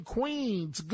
Queens